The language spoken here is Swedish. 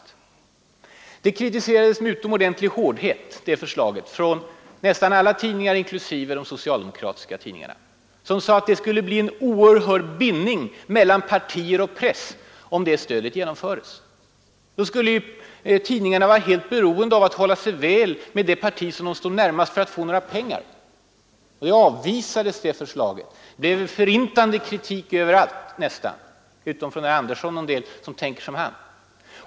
Det förslaget kritiserades med utomordentlig hårdhet av nästan alla tidningar, inklusive de socialdemokratiska, som sade att det skulle bli en oerhörd bindning mellan partier och press, om det presstödet genomfördes. Då skulle tidningarna för att få sina pengar vara beroende av att hålla sig väl med det parti de stod närmast. Förslaget avvisades. Det fick en förintande kritik nästan överallt, utom av herr Sten Andersson och en del som tänker som han.